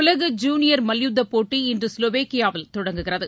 உலக ஜூனியர் மல்யுத்தபோட்டி இன்று ஸ்லோவேக்கியாவில் தொடங்குகிறது